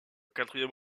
quatrième